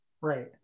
Right